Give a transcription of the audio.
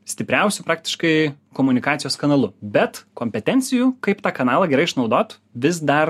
stipriausiu praktiškai komunikacijos kanalu bet kompetencijų kaip tą kanalą gerai išnaudot vis dar